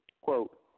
Quote